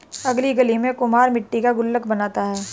अगली गली में कुम्हार मट्टी का गुल्लक बनाता है